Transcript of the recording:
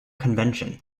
convention